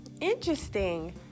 Interesting